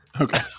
Okay